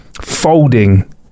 folding